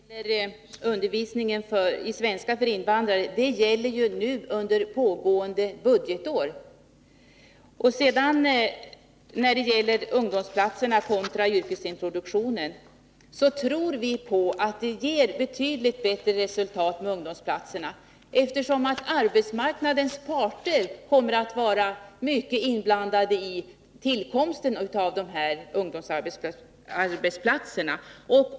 Herr talman! Bestämmelserna om undervisning i svenska för invandrare gäller ju under pågående budgetår. När det sedan är fråga om yrkesplatserna kontra yrkesintroduktionen tror vi att yrkesplatserna ger betydligt bättre resultat, eftersom arbetsmarknadens parter kommer att vara mycket inblandade i tillkomsten av ungdomsarbetsplatserna.